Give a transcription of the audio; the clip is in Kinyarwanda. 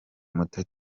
muto